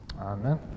Amen